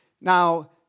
Now